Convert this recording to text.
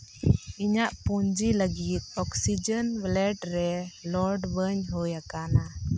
ᱤᱧᱟᱹᱜ ᱯᱩᱸᱡᱤ ᱞᱟᱹᱜᱤᱫ ᱚᱠᱥᱤᱡᱮᱱ ᱞᱮᱴ ᱨᱮ ᱞᱳᱰ ᱵᱟᱹᱧ ᱦᱩᱭ ᱟᱠᱟᱱᱟ